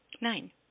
Nine